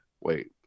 wait